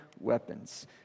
weapons